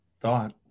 thought